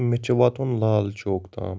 مےٚ چھِ واتُن لالچوک تام